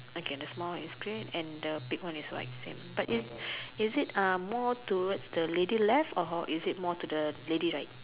okay the small one is grey and the big one is white same but is is it um more towards the lady left or is it more to the lady right